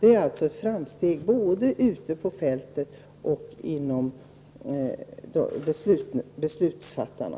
Det har alltså gjorts framsteg både ute på fältet och bland beslutsfattarna.